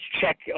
check